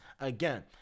Again